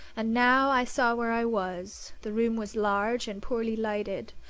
and now i saw where i was. the room was large and poorly lighted.